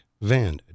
Van